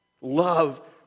Love